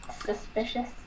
suspicious